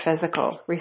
physical